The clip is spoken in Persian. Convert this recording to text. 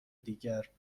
دیگر